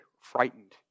Frightened